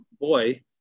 boy